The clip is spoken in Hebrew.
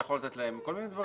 אתה יכול לתת להם כל מיני דברים.